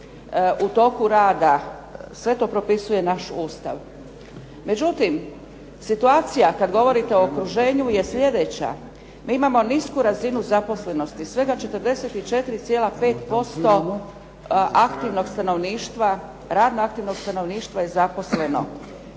u toku rada. Sve to propisuje naš Ustav. Međutim, situacija kad govorite o okruženju je slijedeća. Mi imamo nisku razinu zaposlenosti, svega 44,5% aktivnog stanovništva, radno aktivnog stanovništva je zaposleno.